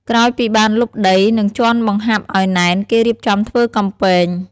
ក្រោយពីបានលុបដី និងជាន់បង្ហាប់ឱ្យណែន គេរៀបចំធ្វើកំពែង។